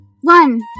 One